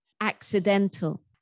accidental